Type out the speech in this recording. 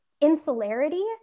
insularity